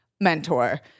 mentor